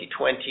2020